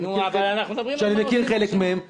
ואני מכיר חלק מהם שרצו.